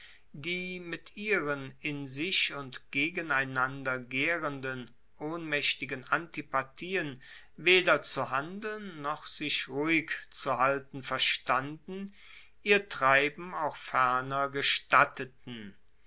die mit ihren in sich und gegeneinander gaerenden ohnmaechtigen antipathien weder zu handeln noch sich ruhig zu halten verstanden ihr treiben auch ferner gestatteten